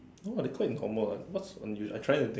no lah quite normal what's unusual I trying to think